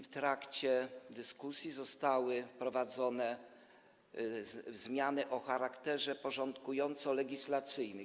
W trakcie dyskusji zostały wprowadzone zmiany o charakterze porządkująco-legislacyjnym.